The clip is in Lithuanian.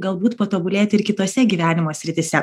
galbūt patobulėti ir kitose gyvenimo srityse